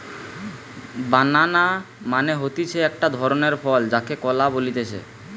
বানানা মানে হতিছে একটো ধরণের ফল যাকে কলা বলতিছে